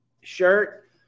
shirt